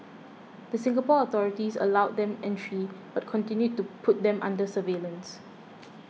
the Singapore authorities allowed them entry but continued to put them under surveillance